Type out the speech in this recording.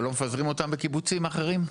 ולא מפזרים אותם לקיבוצים אחרים?